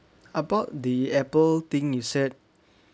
about the Apple thing you said